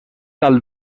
dalt